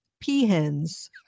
peahens